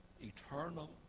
eternal